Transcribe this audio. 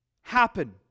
happen